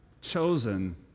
Chosen